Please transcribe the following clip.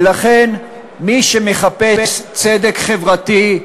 ולכן מי שמחפש צדק חברתי,